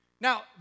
Now